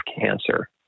cancer